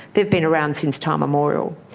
they've been around since time immemorial.